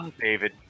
David